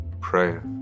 prayer